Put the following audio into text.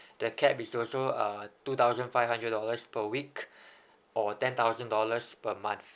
the cap is also uh two thousand five hundred dollars per week or ten thousand dollars per month